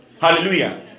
Hallelujah